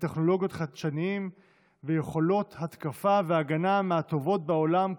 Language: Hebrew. וטכנולוגיות חדשניות ויכולות התקפה והגנה מהטובות בעולם כולו.